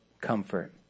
comfort